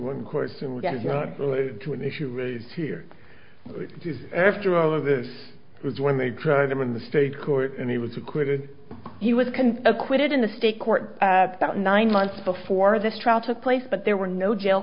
one course and we're going to an issue here after all of this was when they tried him in the state court and he was acquitted he was can acquitted in the state court about nine months before this trial took place but there were no jail